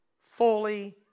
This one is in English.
fully